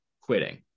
quitting